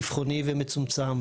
אבחוני ומצומצם,